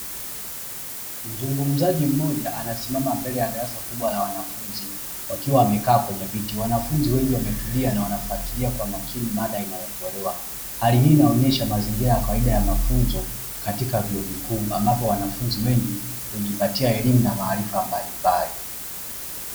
Mzungumzaji mmoja amesimama mbele ya darasa kubwa la wanafunzi wakiwa wamekaa kwenye viti, wanafunzi wengi wametulia na wanafuatilia kwa makini mada inayotolewa. Hali hii inaonesha mazingira ya kawaida ya mafunzo, katika vyuo vikuu, ambapo wanafunzi wengi hujipatia elimu na maarifa mbalimbali.